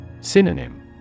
Synonym